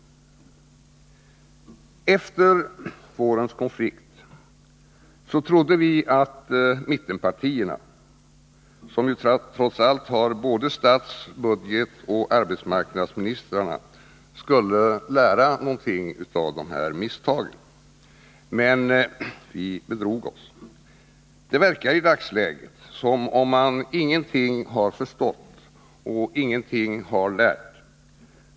20 november 1980 Efter vårens konflikt trodde vi att mittenpartierna, som ju trots allt hade både stats-, budgetoch arbetsmarknadsministrarna, skulle lära något av Besparingar i misstagen. Men vi bedrog oss. Det verkar i dagsläget som om man ingenting — statsverksamheten, har förstått och ingenting har lärt.